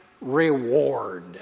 reward